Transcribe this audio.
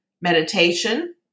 meditation